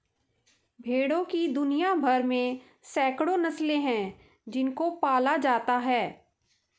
भेड़ों की दुनिया भर में सैकड़ों नस्लें हैं जिनको पाला जाता है